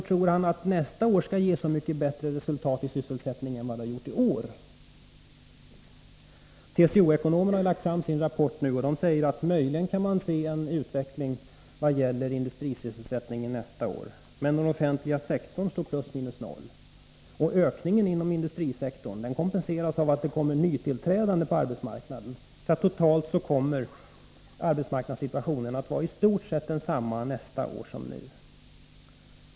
Tror han att nästa år skall ge så mycket bättre resultat i fråga om sysselsättningen än det här året? TCO-ekonomerna har nu lagt fram sin rapport, och de säger att man möjligen kan se en utveckling i vad gäller industrisysselsättningen nästa år, men den offentliga sektorn står på plus minus noll. Och ökningen inom industrisektorn kompenseras av nytillträdande på arbetsmarknaden, så totalt kommer arbetsmarknadssituationen att vara i stort sett densamma nästa år som nu.